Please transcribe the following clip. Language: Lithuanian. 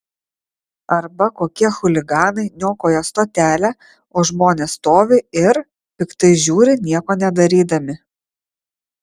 arba kokie chuliganai niokoja stotelę o žmonės stovi ir piktai žiūri nieko nedarydami